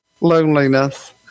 loneliness